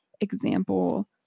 example